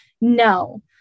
No